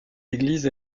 église